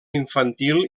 infantil